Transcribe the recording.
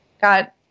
got